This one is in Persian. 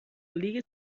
لیگ